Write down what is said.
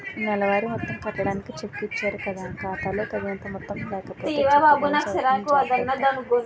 నెలవారీ మొత్తం కట్టడానికి చెక్కు ఇచ్చారు కదా ఖాతా లో తగినంత మొత్తం లేకపోతే చెక్కు బౌన్సు అవుతుంది జాగర్త